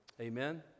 Amen